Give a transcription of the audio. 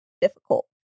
difficult